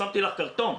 'שמתי לך קרטון',